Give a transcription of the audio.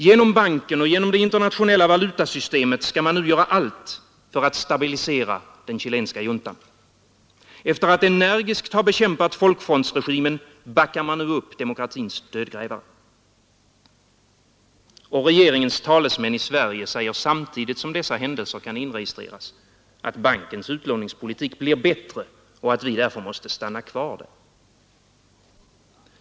Genom banken och genom det internationella valutasystemet skall man nu göra allt för att stabilisera den chilenska juntan. Efter att energiskt ha bekämpat folkfrontsregimen backar man nu upp demokratins dödgrävare. Och regeringens talesmän i Sverige säger samtidigt som dessa händelser kan inregistreras att bankens utlåningspolitik blir bättre och att vi därför måste stanna kvar där.